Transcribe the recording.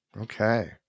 Okay